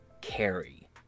carry